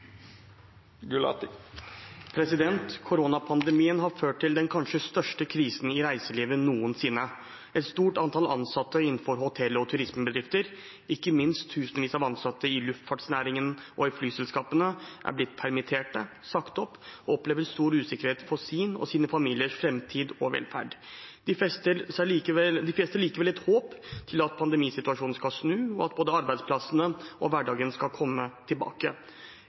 Koronapandemien har ført til den kanskje største krisen i reiselivet noensinne. Et stort antall ansatte innenfor hotell- og turismebedrifter, ikke minst tusenvis av ansatte i luftfartsnæringen og i flyselskapene, er blitt permittert eller sagt opp og opplever stor usikkerhet for sin og sin families framtid og velferd. De har likevel et håp om at pandemisituasjonen skal snu, og at både arbeidsplassene og hverdagen skal komme tilbake.